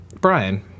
Brian